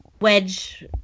wedge